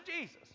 Jesus